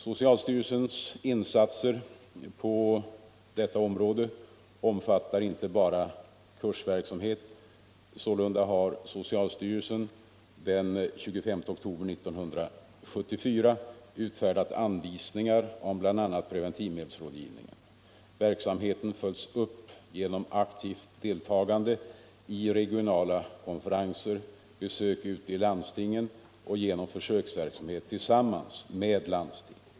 Socialstyrelsens insatser på detta område omfattar inte bara kursverksamhet. Sålunda har socialstyrelsen den 25 oktober 1974 utfärdat anvisningar om bl.a. preventivmedelsrådgivningen. Verksamheten följs upp genom aktivt deltagande i regionala konferenser, besök ute i landstingen och försöksverksamhet tillsammans med landsting.